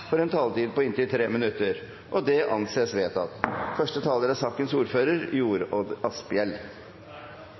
får en taletid på inntil 3 minutter. – Det anses vedtatt. Første taler skulle vært Mazyar Keshvari, men det blir Helge André Njåstad. Det er